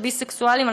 של ביסקסואלים,